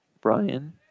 Brian